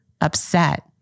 upset